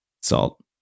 salt